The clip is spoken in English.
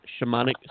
Shamanic